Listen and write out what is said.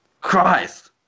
Christ